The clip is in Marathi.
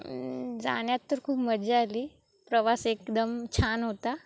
जाण्यात तर खूप मज्जा आली प्रवास एकदम छान होता